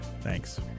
Thanks